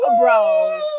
Bro